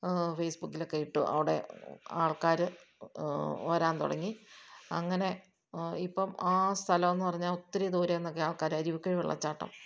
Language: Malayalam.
ഫേസ്ബുക്കിലൊക്കെ ഇട്ടു അവിടെ ആൾക്കാർ വരാൻ തുടങ്ങി അങ്ങനെ ഇപ്പം ആ സ്ഥലമെന്നു പറഞ്ഞാൽ ഒത്തിരി ദൂരെ നിന്നൊക്കെ ആൾക്കാർ അരുവിക്കുഴി വെള്ളച്ചാട്ടം